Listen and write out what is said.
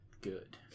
good